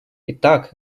итак